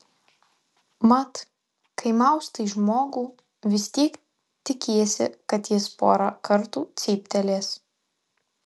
mat kai maustai žmogų vis tiek tikiesi kad jis porą kartų cyptelės